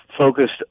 focused